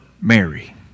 Mary